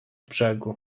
brzegu